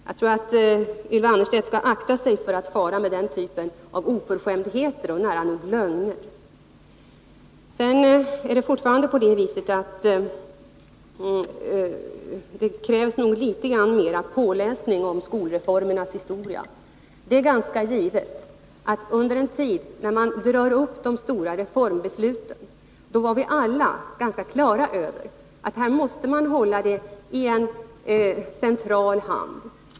Jag tror att Ylva Annerstedt skall akta sig för att komma med den typen av oförskämdheter och nära nog lögner. Sedan är det fortfarande på det viset att det krävs litet grand mera påläsning om skolreformernas historia. Det är givet att vi alla under den tid då man drog upp riktlinjerna för de stora reformbesluten var ganska klara över att det hela så att säga måste hållas i en central hand.